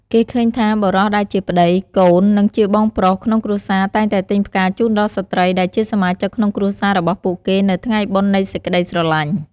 គេឃើញថា បុរសដែលជាប្ដី កូន និងជាបងប្រុសក្នុងគ្រួសារតែងតែទិញផ្កាជូនដល់ស្ត្រីដែលជាសមាជិកក្នុងគ្រួសាររបស់ពួកគេនៅថ្ងៃបុណ្យនៃសេចក្ដីស្រឡាញ់។